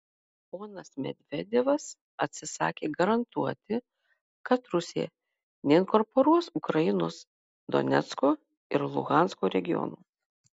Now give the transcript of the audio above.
ponas medvedevas atsisakė garantuoti kad rusija neinkorporuos ukrainos donecko ir luhansko regionų